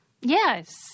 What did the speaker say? Yes